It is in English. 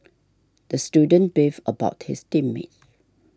the student beefed about his team mates